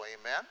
amen